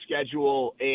schedule